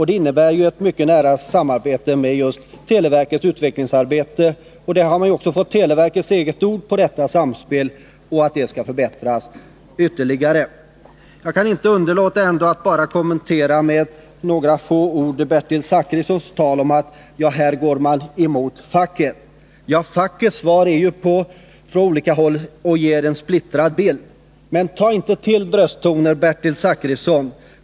Det innebär ett mycket nära samarbete med just televerkets utvecklingsarbete, och man har också fått televerkets ord på att detta samspel skall förbättras ytterligare. Jag kan inte underlåta att med några ord kommentera Bertil Zachrissons tal om att förslaget innebär att man här går emot facket. Fackets svar kommer ju från olika håll och ger en splittrad bild. Men ta inte till brösttoner, Bertil Zachrisson!